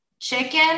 chicken